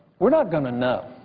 we're not going to know.